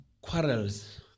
quarrels